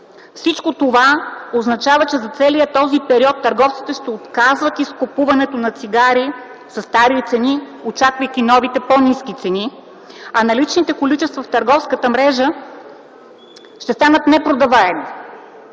Всичко това означава, че за целия този период търговците ще отказват изкупуването на цигари със стари цени, очаквайки новите по-ниски цени, а наличните количества в търговската мрежа ще станат непродаваеми.